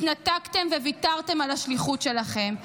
התנתקתם וויתרתם על השליחות שלכם.